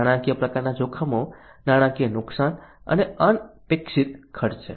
નાણાકીય પ્રકારનાં જોખમો નાણાકીય નુકસાન અને અનપેક્ષિત ખર્ચ છે